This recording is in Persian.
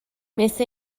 مثل